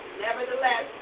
Nevertheless